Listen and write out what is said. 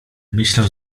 myślał